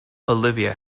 olivia